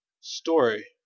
story